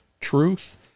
truth